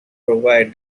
provide